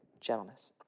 gentleness